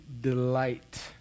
delight